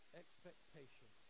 expectation